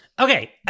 Okay